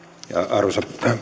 arvoisa